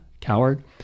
coward